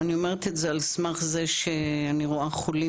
אני אומרת את זה על סמך זה שאני רואה חולים